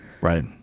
right